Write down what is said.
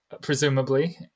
presumably